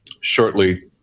shortly